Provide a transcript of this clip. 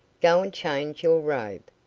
go and change your robe.